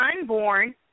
unborn